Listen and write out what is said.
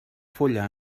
fulla